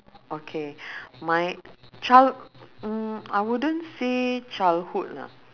okay my child mm I wouldn't say childhood ah